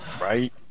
Right